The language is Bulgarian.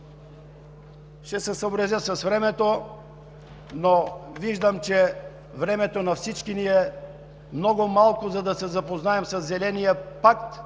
ще се съобразя с времето, но виждам, че времето на всички ни е много малко, за да се запознаем със Зеления пакт